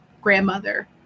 grandmother